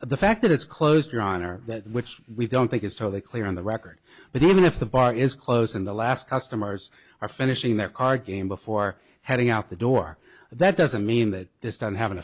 the fact that it's closed your honor that which we don't think is totally clear on the record but even if the bar is closed in the last customers are finishing their car game before heading out the door that doesn't mean that this doesn't have an